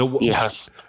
Yes